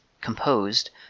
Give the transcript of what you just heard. composed